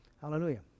Hallelujah